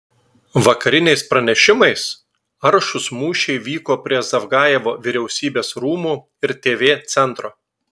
vakariniais pranešimais aršūs mūšiai vyko prie zavgajevo vyriausybės rūmų ir tv centro